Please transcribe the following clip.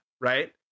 Right